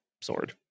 sword